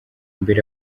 mbere